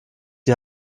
die